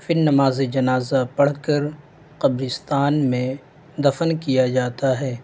پھر نماز جنازہ پڑھ کر قبرستان میں دفن کیا جاتا ہے